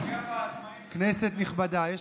כנסת נכבדה, אביר, אתה פוגע בעצמאים.